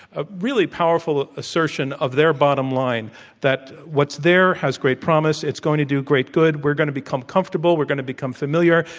a really powerful assertion of their bottom line that what's there has great promise. it's going to do great good. we're going to become comfo rtable. we're going to become familiar.